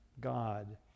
God